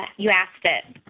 you asked it.